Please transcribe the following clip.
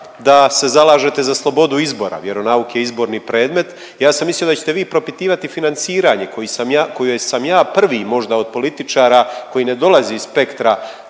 da se zalažete za slobodu izbora, vjeronauk je izborni predmet, ja sam mislio da ćete vi propitivati financiranje, kojoj sam ja prvi možda od političara koji ne dolazi iz spektra,